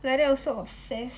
like that also obssess